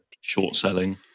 short-selling